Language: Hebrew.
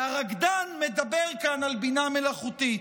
והרקדן מדבר כאן על בינה מלאכותית,